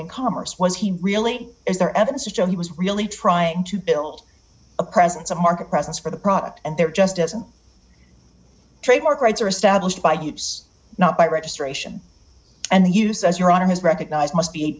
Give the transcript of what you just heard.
t commerce was he really is there evidence to show he was really trying to build a presence a market presence for the product and there just isn't trademark rights are established by use not by registration and the use as your honor has recognized must be a